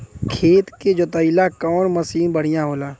खेत के जोतईला कवन मसीन बढ़ियां होला?